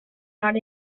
not